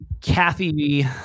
Kathy